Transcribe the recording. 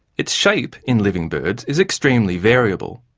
its shape in living birds is extremely variable.